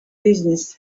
business